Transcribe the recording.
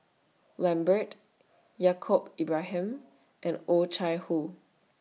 Lambert Yaacob Ibrahim and Oh Chai Hoo